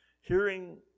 Hearing